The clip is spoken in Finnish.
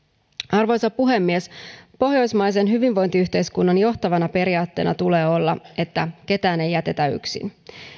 arvoisa puhemies pohjoismaisen hyvinvointiyhteiskunnan johtavana periaatteena tulee olla että ketään ei jätetä yksin